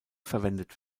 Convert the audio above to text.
verwendet